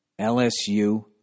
LSU